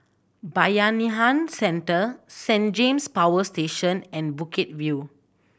Bayanihan Centre Saint James Power Station and Bukit View